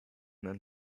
then